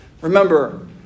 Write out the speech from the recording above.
Remember